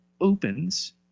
opens